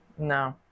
No